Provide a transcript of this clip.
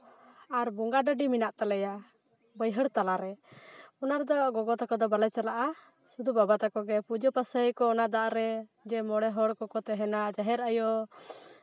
ᱟᱨ ᱵᱚᱸᱜᱟ ᱰᱟᱹᱰᱤ ᱢᱮᱱᱟᱜ ᱛᱟᱞᱮᱭᱟ ᱵᱟᱹᱭᱦᱟᱹᱲ ᱛᱟᱞᱟᱨᱮ ᱚᱱᱟ ᱨᱮᱫᱚ ᱜᱚᱜᱚ ᱛᱟᱠᱚ ᱫᱚ ᱵᱟᱞᱮ ᱪᱟᱞᱟᱜᱼᱟ ᱥᱩᱫᱷᱩ ᱵᱟᱵᱟ ᱛᱟᱠᱚ ᱜᱮ ᱯᱩᱡᱟᱹ ᱯᱟᱥᱟᱭᱟᱠᱚ ᱚᱱᱟ ᱫᱟᱜ ᱨᱮ ᱢᱚᱬᱮ ᱦᱚᱲ ᱠᱚᱠᱚ ᱛᱟᱦᱮᱱᱟ ᱡᱟᱦᱮᱨ ᱟᱭᱳ